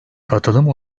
katılım